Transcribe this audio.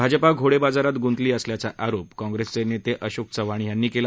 भाजपा घोडेबाजारात गुंतली असल्याचा आरोप काँग्रेस नेते अशोक चव्हाण यांनी केला